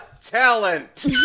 Talent